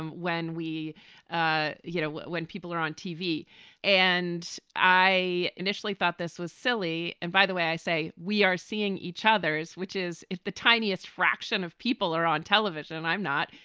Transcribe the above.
when we ah you know, when people are on tv and i initially thought this was silly. and by the way, i say we are seeing each others, which is if the tiniest fraction of people are on television and i'm not.